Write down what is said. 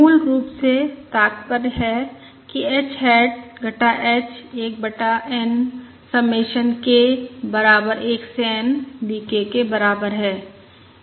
मूल रूप से तात्पर्य है कि h हैट घटा h 1 बटा N समेशन k बराबर 1 से N V k के बराबर है